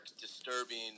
disturbing